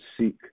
seek